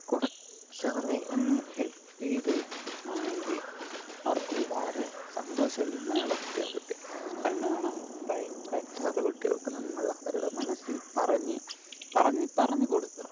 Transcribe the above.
കുറച്ച് അവരെ ഒന്ന് ഹെൽപ്പ് ചെയ്തു ആണെങ്കിൽ അവർക്ക് ഒരു വളരെ സന്തോഷമായിരിക്കും ഇങ്ങനെയുള്ള കുട്ടികൾകൊക്കെ കണ്ണ് കാണാൻ പറ്റാത്ത കുട്ടികൾക്ക് നമ്മൾ അവരുടെ മനസ്സിൽ പറഞ്ഞു പറഞ്ഞു പറഞ്ഞു കൊടുക്കുക